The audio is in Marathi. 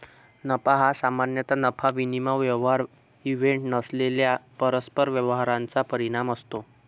नफा हा सामान्यतः नफा विनिमय व्यवहार इव्हेंट नसलेल्या परस्पर व्यवहारांचा परिणाम असतो